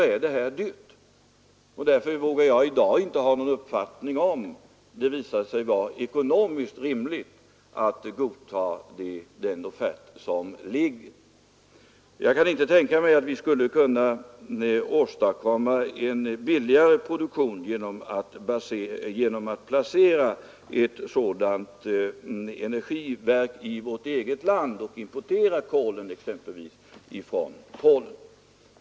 Därför vågar jag i dag inte ha någon uppfattning i frågan om det kan visa sig vara ekonomiskt rimligt att godta den offert som lämnats. Jag kan inte tänka mig att vi skulle kunna åstadkomma en billigare produktion genom att placera ett sådant energiverk i vårt eget land och importera kolet, exempelvis från Polen.